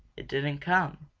it didn't come.